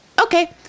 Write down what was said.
Okay